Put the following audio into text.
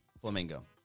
Flamingo